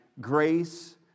grace